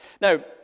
Now